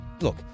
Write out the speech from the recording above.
look